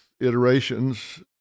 iterations